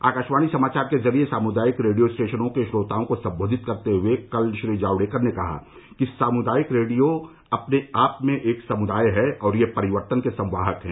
आकाशवाणी समाचार के जरिये सामुदायिक रेडियो स्टेशनों के श्रोताओं को संबोधित करते हए कल श्री जावड़ेकर ने कहा कि सामुदायिक रेडियो अपने आप में एक समुदाय है और ये परिवर्तन के संवाहक हैं